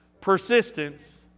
persistence